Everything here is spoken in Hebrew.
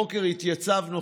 הבוקר התייצבנו,